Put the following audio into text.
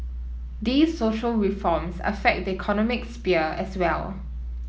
these social reforms affect the economic sphere as well